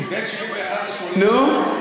הנה, בין 1971 ל-1981, נו?